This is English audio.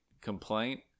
complaint